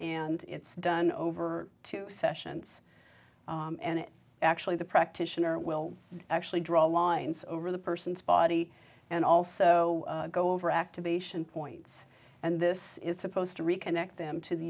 and it's done over two sessions and it actually the practitioner will actually draw lines over the person's body and also go over act to be shown points and this is supposed to reconnect them to the